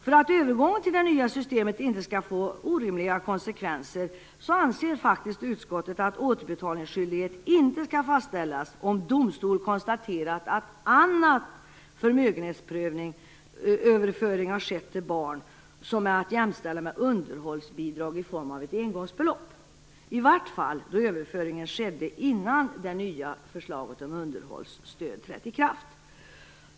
För att övergången till det nya systemet inte skall få orimliga konsekvenser, anser utskottet att återbetalningsskyldighet inte skall fastställas om domstol konstaterat att annan förmögenhetsöverföring har skett till barn som är att jämställa med underhållsbidrag i form av ett engångsbelopp, i varje fall då överföringen skedde innan det nya förslaget om underhållsstöd trätt i kraft.